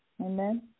Amen